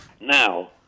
now